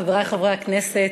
חברי חברי הכנסת,